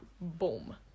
Boom